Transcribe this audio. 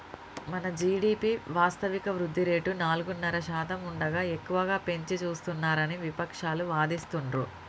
మన జీ.డి.పి వాస్తవిక వృద్ధి రేటు నాలుగున్నర శాతం ఉండగా ఎక్కువగా పెంచి చూపిస్తున్నారని విపక్షాలు వాదిస్తుండ్రు